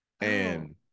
And-